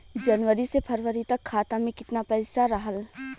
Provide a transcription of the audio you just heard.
जनवरी से फरवरी तक खाता में कितना पईसा रहल?